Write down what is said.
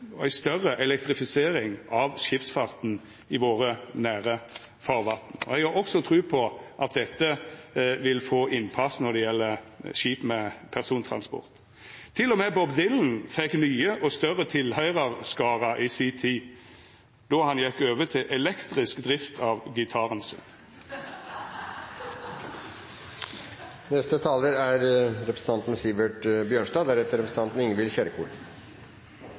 større elektrifisering av skipsfarten i våre nære farvatn. Eg har også tru på at dette vil få innpass når det gjeld skip med persontransport. Til og med Bob Dylan fekk nye og større tilhøyrarskarar i si tid då han gjekk over til elektrisk drift av